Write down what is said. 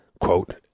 quote